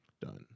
Done